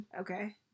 okay